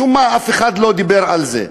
משום מה אף אחד לא דיבר על זה.